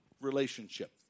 relationship